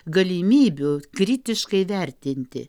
galimybių kritiškai vertinti